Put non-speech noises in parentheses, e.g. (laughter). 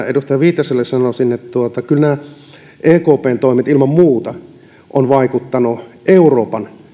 (unintelligible) edustaja viitaselle sanoisin että kyllä nämä ekpn toimet ilman muuta ovat vaikuttaneet euroopan